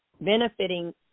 benefiting